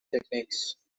techniques